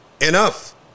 enough